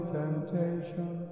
temptation